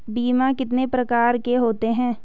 बीमा कितने प्रकार के होते हैं?